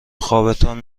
خوابتان